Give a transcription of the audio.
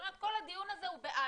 זאת אומרת, כל הדיון הזה הוא בעלמא.